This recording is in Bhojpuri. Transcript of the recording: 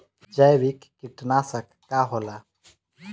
जैविक कीटनाशक का होला?